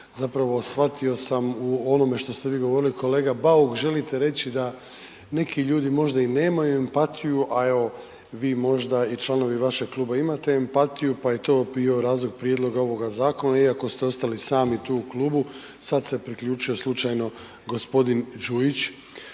zapravo shvatio sam u onome što ste vi govorili kolega Bauk želite reći da neki ljudi možda i nemaju empatiju, a evo vi možda i članovi vašeg kluba imate empatiju, pa je to bio razlog prijedloga ovoga zakona iako ste ostali sami tu u klubu, sad se priključio slučajno gospodin Đujić.